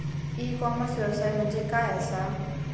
E commerce व्यवसाय म्हणजे काय असा?